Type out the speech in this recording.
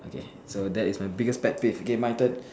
okay so that is your biggest pet peeve okay my turn